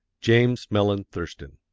james mellen thurston.